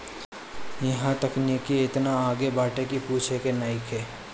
इहां तकनीकी एतना आगे बाटे की पूछे के नइखे